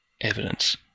evidence